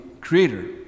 creator